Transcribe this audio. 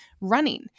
Running